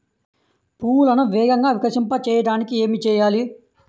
పువ్వులను వేగంగా వికసింపచేయటానికి ఏమి చేయాలి?